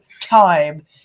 time